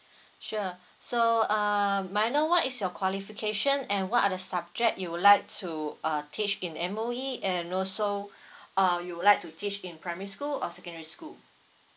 sure so um may I know what is your qualification and what are the subject you would like to uh teach in M_O_E and also uh you would like to teach in primary school or secondary school